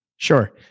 Sure